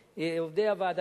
עובדי הוועדה.